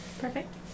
Perfect